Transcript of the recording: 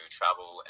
travel